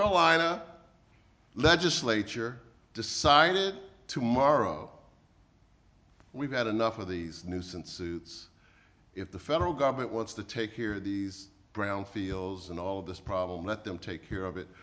carolina legislature decided tomorrow we've had enough of these nuisance suits if the federal government wants to take here these brownfields and all of this problem let them take care of it